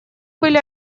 были